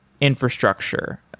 infrastructure